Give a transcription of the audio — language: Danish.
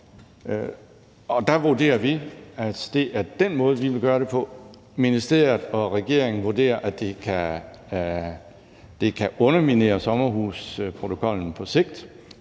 og der vurderer vi, at det er den måde, vi vil gøre det på. Ministeriet og regeringen vurderer, at det kan underminere sommerhusprotokollen på sigt,